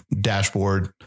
dashboard